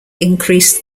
increased